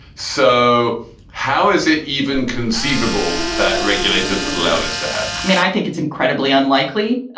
so how is it even conceivable that regulators would allow this to happen? i mean, i think it's incredibly unlikely,